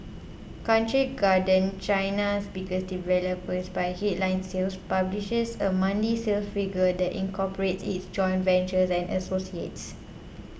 Country Garden China's biggest developer by headline sales publishes a monthly sales figure that incorporates its joint ventures and associates